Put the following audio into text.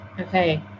okay